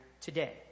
today